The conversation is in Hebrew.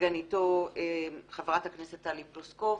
סגניתו חברת הכנסת טלי פלוסקוב.